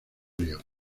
ríos